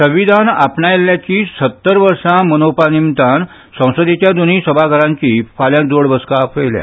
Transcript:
संविधान आपणायिल्ल्याची सत्तर वर्सां मनोवपा निमतान संसदेच्या दोनूय सभाघरांची फाल्यां जोड बसका आपयल्या